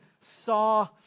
saw